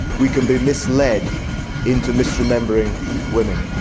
we can be misled into misremembering women.